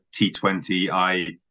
T20i